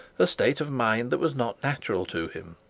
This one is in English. a state of mind that was not natural to him.